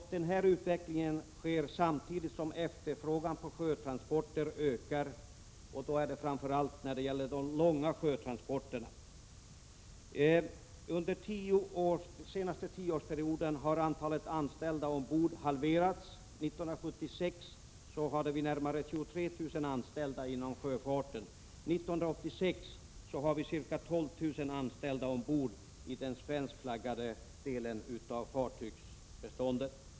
Denna utveckling sker samtidigt som efterfrågan på sjötransporter ökar. Det gäller framför allt de långa sjötransporterna. Under den senaste tioårsperioden har antalet anställda ombord halverats. 1976 hade vi närmare 23 000 anställda inom sjöfarten. 1986 är det ca 12 000 anställda ombord i den svenskflaggade delen av fartygsbeståndet.